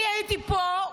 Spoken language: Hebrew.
אני הייתי פה,